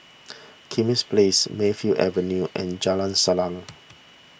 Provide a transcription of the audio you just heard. Kismis Place Mayfield Avenue and Jalan Salang